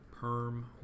PERM